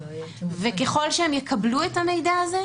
ככל שהן יקבלו את המידע הזה,